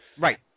Right